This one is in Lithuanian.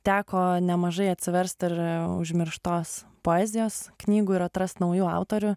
teko nemažai atsiverst ir užmirštos poezijos knygų ir atrast naujų autorių